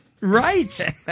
Right